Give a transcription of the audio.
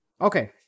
Okay